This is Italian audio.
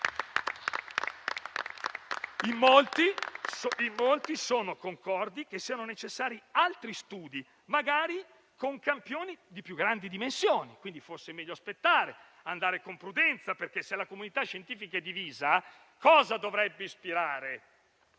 Molti sono concordi sul fatto che siano necessari altri studi, magari con campioni di più grandi dimensioni. Quindi, forse sarebbe meglio aspettare e andare con prudenza perché, se la comunità scientifica è divisa, cosa dovrebbe ispirarci?